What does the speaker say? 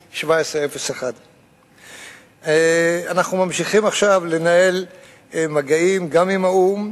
1701. אנחנו ממשיכים עכשיו לנהל מגעים גם עם האו"ם